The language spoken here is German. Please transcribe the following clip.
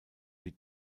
die